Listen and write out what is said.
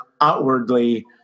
outwardly